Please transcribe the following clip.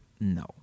No